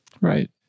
Right